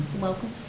Welcome